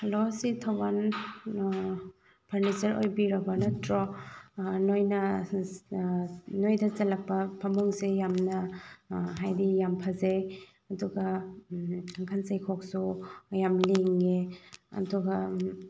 hello ꯁꯤ ꯊꯧꯕꯥꯜ furniture ꯑꯣꯏꯕꯤꯔꯕ ꯅꯠꯇ꯭ꯔꯣ ꯅꯣꯏꯅ ꯅꯣꯏꯗ ꯆꯜꯂꯛꯄ ꯐꯃꯨꯡꯁꯦ ꯌꯥꯝꯅ ꯍꯥꯏꯗꯤ ꯌꯥꯝ ꯐꯖꯩ ꯑꯗꯨꯒ ꯀꯥꯡꯈꯟ ꯆꯩꯈꯣꯛꯁꯨ ꯌꯥꯝ ꯂꯤꯡꯉꯦ ꯑꯗꯨꯒ